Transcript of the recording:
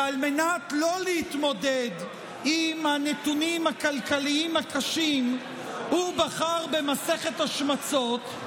ועל מנת שלא להתמודד עם הנתונים הכלכליים הקשים הוא בחר במסכת השמצות,